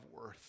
worth